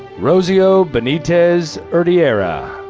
rosio benitez urdiera.